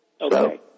Okay